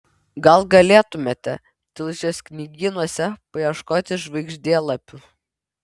gal galėtumėte tilžės knygynuose paieškoti žvaigždėlapių